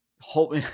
hope